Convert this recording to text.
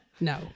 No